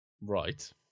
Right